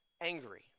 angry